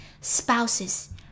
spouses